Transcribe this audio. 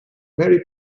mary